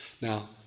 Now